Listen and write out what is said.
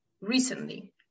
recently